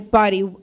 body